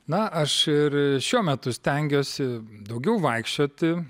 na aš ir šiuo metu stengiuosi daugiau vaikščioti